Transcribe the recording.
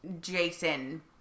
Jason